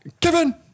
Kevin